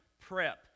prep